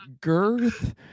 girth